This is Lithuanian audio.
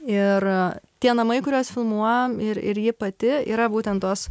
ir tie namai kuriuos filmuojam ir ir ji pati yra būtent tos